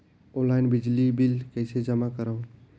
Online बिजली bill कइसे जमा करव?